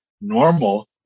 normal